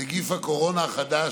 (נגיף הקורונה החדש,